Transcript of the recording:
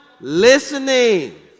Listening